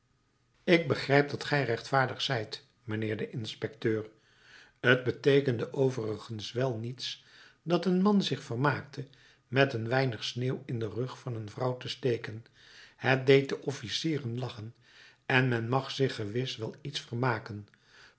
ik begrijp dat gij rechtvaardig zijt mijnheer de inspecteur t beteekende overigens wel niets dat een man zich vermaakte met een weinig sneeuw in den rug van een vrouw te steken het deed de officieren lachen en men mag zich gewis wel met iets vermaken